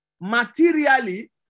materially